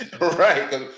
Right